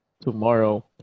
tomorrow